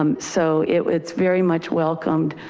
um so it's very much welcomed,